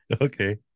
okay